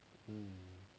um